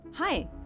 Hi